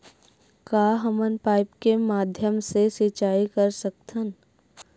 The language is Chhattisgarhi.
का हमन पाइप के माध्यम से सिंचाई कर सकथन?